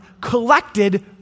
collected